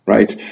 Right